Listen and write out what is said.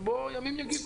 אבל ימים יגידו.